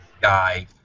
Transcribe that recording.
guy